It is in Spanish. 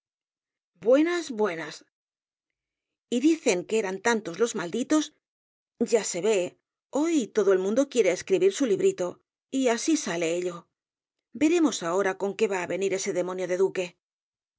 buenas buenas y dicen que eran tantos los malditos ya se ve hoy todo el mundo quiere escribir su librito y así sale ello veremos ahora con qué va á venir ese demonio de duque